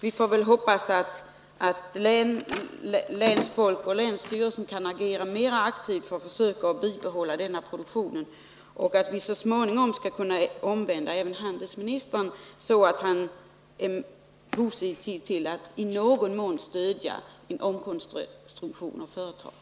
Vi får väl hoppas att folk inom länet och länsstyrelsen agerar mera aktivt för ett bibehållande av den här produktionen och att vi så småningom skall kunna omvända även handelsministern, så att han i någon mån vill stödja en omkonstruktion av företaget.